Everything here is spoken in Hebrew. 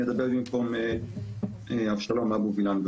אני אדבר במקום אבשלום אבו וילן,